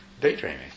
daydreaming